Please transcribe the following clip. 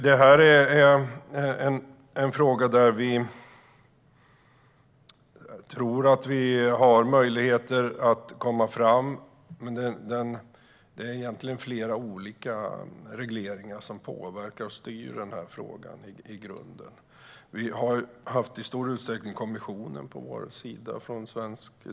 Det här är en fråga där vi tror att vi har möjligheter att komma fram, men det är egentligen flera olika regleringar som påverkar och styr frågan i grunden. För svensk del har vi i stor utsträckning haft kommissionen på vår sida.